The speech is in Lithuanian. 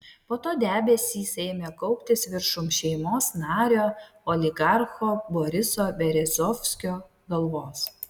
po to debesys ėmė kauptis viršum šeimos nario oligarcho boriso berezovskio galvos